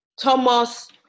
Thomas